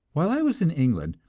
while i was in england,